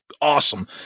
awesome